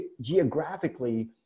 geographically